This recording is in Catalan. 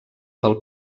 del